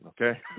okay